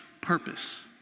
purpose